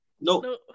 No